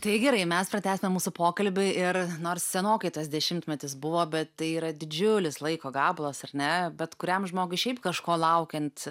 tai gerai mes pratęsime mūsų pokalbį ir nors senokai tas dešimtmetis buvo bet tai yra didžiulis laiko gabalas ar ne bet kuriam žmogui šiaip kažko laukiant